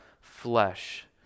flesh